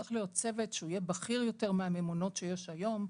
צריך להיות צוות שהוא יהיה בכיר יותר מהממונות שיש היום,